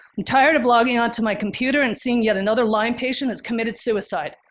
i'm tired of logging onto my computer and seeing yet another lyme patient has committed suicide.